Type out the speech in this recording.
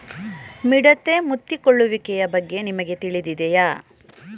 ಮಿಡತೆ ಮುತ್ತಿಕೊಳ್ಳುವಿಕೆಯ ಬಗ್ಗೆ ನಿಮಗೆ ತಿಳಿದಿದೆಯೇ?